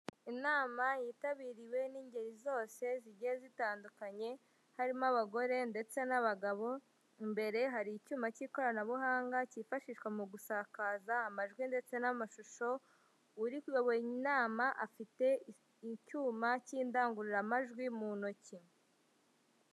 Inama yitabiriwe n'ingeri zose, zigiye zitandukanye, harimo abagore ndetse n'abagabo, imbere hari icyuma k'ikoranabuhanga, kifashishwa mu gusakaza amajwi ndetse n'amashusho, uri kuyobo inama, afite icyuma k'indangururamajwi mu ntoki.